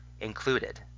included